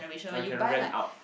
or you can rent out